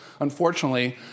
unfortunately